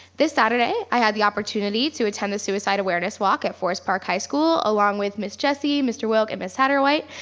this saturday i had the opportunity to attend the suicide awareness walk at forest park high school, along with ms. jessie, mr. wilk, and ms. satterwhite,